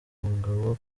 umugabo